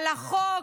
על החוק,